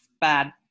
bad